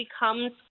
becomes